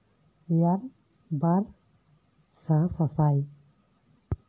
ᱮᱭᱟᱭ ᱵᱟᱨ ᱥᱟᱥᱟᱥᱟᱭ